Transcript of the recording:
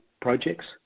projects